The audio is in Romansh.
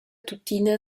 tuttina